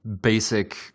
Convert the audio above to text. basic